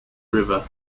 river